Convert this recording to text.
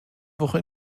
woche